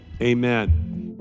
amen